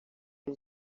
his